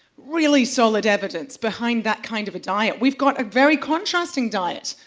really solid evidence behind that kind of a diet. we've got a very contrasting diet,